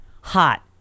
hot